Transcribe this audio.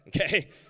Okay